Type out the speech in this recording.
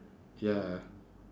ya